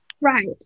Right